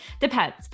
depends